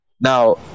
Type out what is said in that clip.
Now